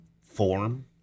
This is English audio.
form